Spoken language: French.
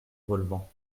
relevant